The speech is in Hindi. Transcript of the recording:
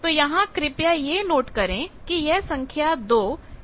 तो यहां कृपया यह नोट करें कि यह संख्या 2 शक्ति की लहर की वजह से है